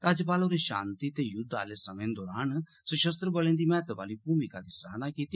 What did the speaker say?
राज्यपाल होरे षांति ते युद्ध आले समें दौरान सषस्त्र बलें दी महत्व आली भूमिका दी सराहना कीती